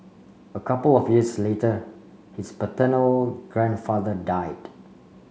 a couple of years later his paternal grandfather died